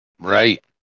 Right